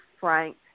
frank